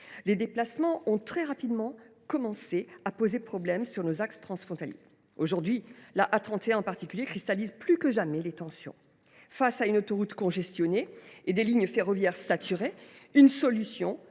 Les déplacements ont très rapidement commencé à poser problème sur nos axes transfrontaliers. Aujourd’hui, l’A31, en particulier, cristallise plus que jamais les tensions. Face à une autoroute congestionnée et des lignes ferroviaires saturées, une solution